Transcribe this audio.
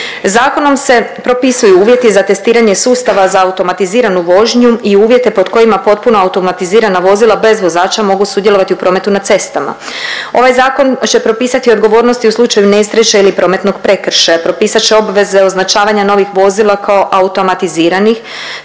Zakonom se propisuju uvjeti za testiranje sustava za automatiziranu vožnju i uvjete pod kojima potpuno automatizirana vozila bez vozača mogu sudjelovati u na prometu na cestama. Ovaj zakon će propisati odgovornosti u slučaju nesreće ili prometnog prekršaja, propisat će obveze označavanja novih vozila kao automatiziranih